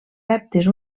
reptes